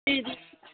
जी जी